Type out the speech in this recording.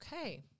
Okay